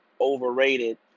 overrated